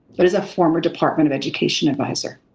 but as a former department of education adviser,